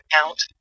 account